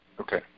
Okay